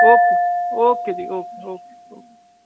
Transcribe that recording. okay okay ਜੀ okay okay okay